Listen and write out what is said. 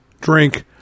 drink